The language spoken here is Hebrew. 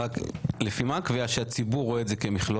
רק לפי מה הקביעה שהציבור רואה את זה כמכלול?